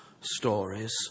stories